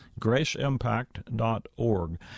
graceimpact.org